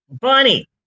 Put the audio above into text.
Bunny